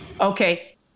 Okay